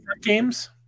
games